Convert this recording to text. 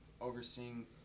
overseeing